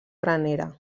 granera